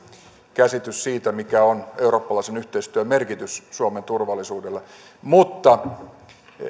käsityksenne siitä mikä on eurooppalaisen yhteistyön merkitys suomen turvallisuudelle mutta